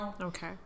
okay